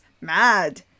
Mad